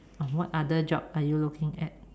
what other job are you looking at